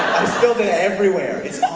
i spilt it everywhere it's